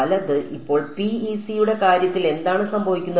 വലത് ഇപ്പോൾ PEC യുടെ കാര്യത്തിൽ എന്താണ് സംഭവിക്കുന്നത്